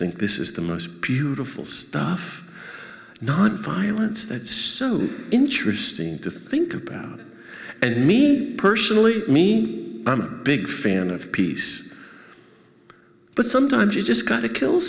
think this is the most beautiful stuff not violence that's so interesting to think about and me personally me i'm a big fan of peace but sometimes you just gotta kill